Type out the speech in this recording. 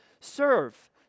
Serve